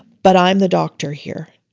but i'm the doctor here.